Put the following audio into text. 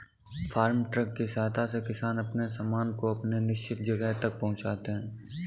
farm truck की सहायता से किसान अपने सामान को अपने निश्चित जगह तक पहुंचाते हैं